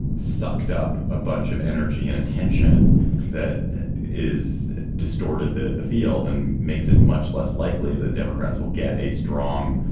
sucked up a bunch of energy and attention that is distorted the the field and makes it much less likely that democrats will get a strong,